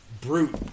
brute